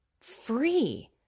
free